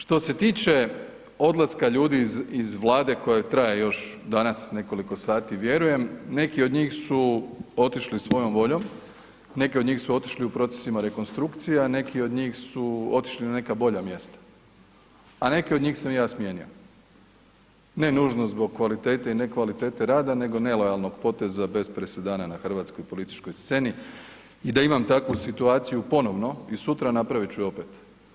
Što se tiče odlaska ljudi iz vlade koja traje još danas nekoliko sati vjerujem, neki od njih su otišli svojom voljom, neki od njih su otišli u procesima rekonstrukcija, neki od njih su otišli na neka bolja mjesta, a neke od njih sam ja smijenio, ne nužno zbog kvalitete i ne kvalitete rada nego nelojalnog poteza bez presedana na hrvatskoj političkoj sceni i da imam takvu situaciju ponovno i sutra i napravit ću je opet.